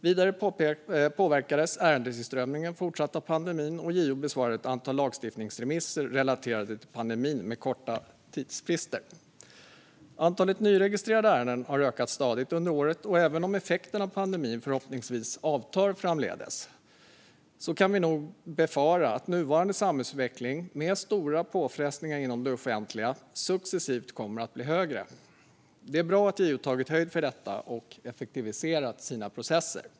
Vidare påverkades ärendetillströmningen fortsatt av pandemin, och JO besvarade med korta tidsfrister ett antal lagstiftningsremisser relaterade till pandemin. Antalet nyregistrerade ärenden har ökat stadigt under året, och även om effekten av pandemin förhoppningsvis avtar framdeles kan vi nog befara att den nuvarande samhällsutvecklingens stora påfrestningar inom det offentliga successivt kommer att bli högre. Det är bra att JO har tagit höjd för detta och effektiviserat sina processer.